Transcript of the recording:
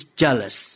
jealous